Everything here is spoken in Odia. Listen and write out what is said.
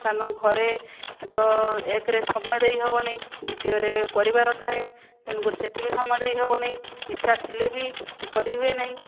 କାରଣ ଘରେ ତ ଏକରେ ସମୟ ଦେଇହବ ନାହିଁ ଦ୍ୱିତୀୟରେ ପରିବାର ଥାଏ ତେଣୁକରି ସେଇଠି ବି ସମୟ ଦେଇ ହବନାହିଁ ଇଚ୍ଛା ଥିଲେ ବି ତ କରିହୁଏ ନାହିଁ